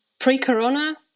pre-corona